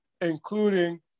including